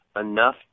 enough